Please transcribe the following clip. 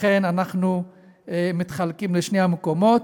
לכן אנחנו מתחלקים לשני המקומות,